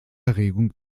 erregung